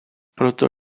proto